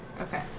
Okay